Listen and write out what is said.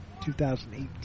2018